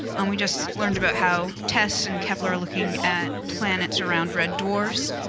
and we just learned about how tess and kepler are looking at planets around red dwarfs.